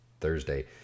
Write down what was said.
Thursday